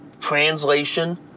translation